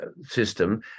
system